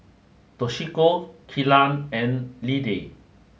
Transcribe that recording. Toshiko Kelan and Lidie